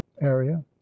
area